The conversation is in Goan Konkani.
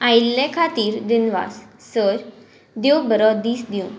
आयिल्ले खातीर दिनवास सर देव बरो दीस दिवं